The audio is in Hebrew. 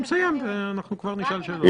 הוא מסיים ואנחנו כבר נשאל שאלות.